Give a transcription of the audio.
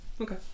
Okay